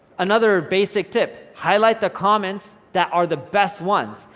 another basic tip, highlight the comments that are the best ones.